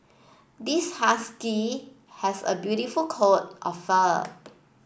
this Husky has a beautiful coat of fur